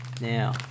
Now